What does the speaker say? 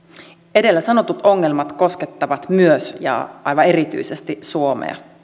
edellä sanotut ongelmat koskettavat myös ja aivan erityisesti suomea